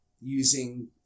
using